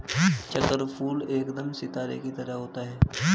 चक्रफूल एकदम सितारे की तरह होता है